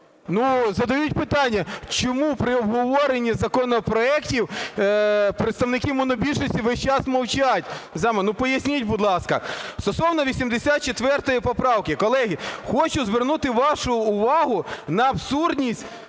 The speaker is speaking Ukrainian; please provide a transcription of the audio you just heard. задають питання. Чому при обговоренні законопроектів представники монобільшості весь час мовчать. Саме, ну, поясніть, будь ласка. Стосовно 84 поправки, колеги, хочу звернути вашу увагу на абсурдність